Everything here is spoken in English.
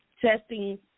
Testing